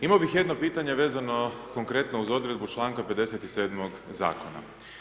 Imao bih jedno pitanje vezano konkretno uz odredbu čl. 57. zakona.